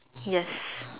yes